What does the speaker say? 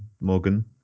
Morgan